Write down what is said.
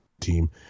team